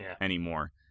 anymore